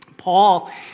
Paul